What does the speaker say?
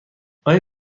آیا